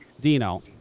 Dino